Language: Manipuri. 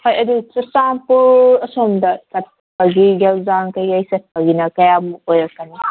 ꯍꯣꯏ ꯑꯗꯨ ꯆꯨꯔꯆꯥꯟꯄꯨꯔ ꯑꯁꯣꯝꯗ ꯆꯠꯄꯒꯤ ꯒꯦꯜꯖꯥꯡ ꯀꯩꯀꯩ ꯆꯠꯄꯒꯤꯅ ꯀꯌꯥꯃꯨꯛ ꯑꯣꯏꯔꯛꯀꯅꯤ